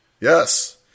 Yes